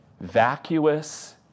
vacuous